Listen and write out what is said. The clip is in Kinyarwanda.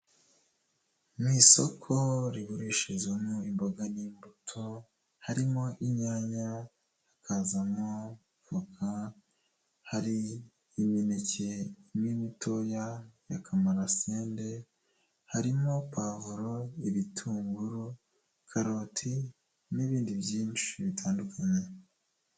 Mu isoko rigurishirizwamo imboga n'imbuto, harimo: inyanya, hakazamo voka, hari imineke n'imitoya ya kamarasende, harimo pavuro, ibitunguru, karoti n'ibindi byinshi bitandukanye.